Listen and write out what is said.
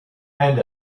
and